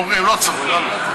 לא צריך.